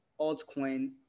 altcoin